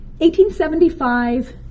1875